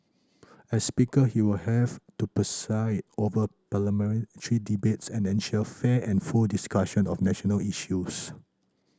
as speaker he will have to preside over debates and ensure fair and full discussion of national issues